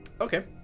Okay